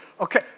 Okay